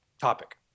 Topic